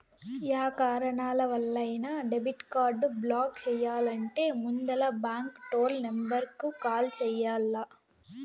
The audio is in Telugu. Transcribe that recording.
యా కారణాలవల్లైనా డెబిట్ కార్డు బ్లాక్ చెయ్యాలంటే ముందల బాంకు టోల్ నెంబరుకు కాల్ చెయ్యాల్ల